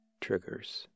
Triggers